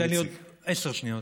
תן לי עוד עשר שניות.